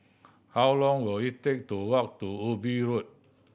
how long will it take to walk to Ubi Road